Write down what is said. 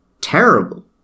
terrible